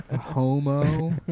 homo